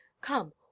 come